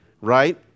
right